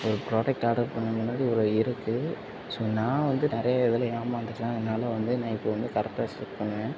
ஒரு product order பண்ணதுக்கு முன்னாடி ஒரு இருக்கு ஸோ நான் வந்து நிறைய இதில் ஏமாந்துவிட்டேன் அதனால வந்து நான் இப்போ வந்து கரெக்டாக சூஸ் பண்ணுவேன்